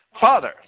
Father